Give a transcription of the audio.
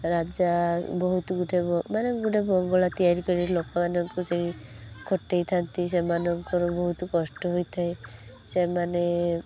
ରାଜା ବହୁତ ଗୋଟେ ମାନେ ଗୋଟେ ବଙ୍ଗଳା ତିଆରି କରି ଲୋକମାନଙ୍କୁ ସେହି ଖଟାଇଥାନ୍ତି ସେମାନଙ୍କର ବହୁତ କଷ୍ଟ ହୋଇଥାଏ ସେମାନେ